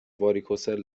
واریکوسل